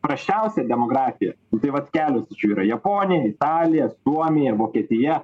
prasčiausią demografiją nu tai vat kelios yra japonija italija suomija ir vokietija